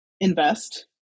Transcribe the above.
invest